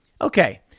Okay